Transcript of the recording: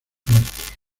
muertos